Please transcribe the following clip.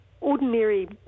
ordinary